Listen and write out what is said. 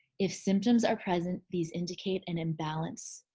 if symptoms are present, these indicate an imbalance.